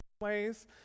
ways